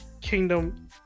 Kingdom